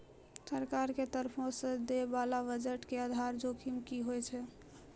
सरकार के तरफो से दै बाला बजट के आधार जोखिम कि होय छै?